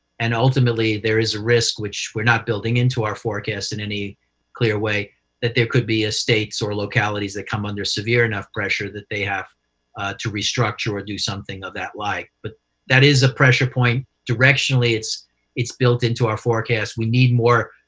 and ultimately there is a risk which we're not building into our forecast in any clear way that there could be states or localities that come under severe enough pressure that they have to restructure or do something of that like. but that is a pressure point. directionally, it's it's built into our forecast. we need more,